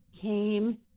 came